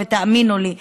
תאמינו לי,